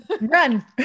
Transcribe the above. Run